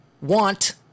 want